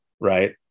right